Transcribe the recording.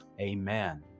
Amen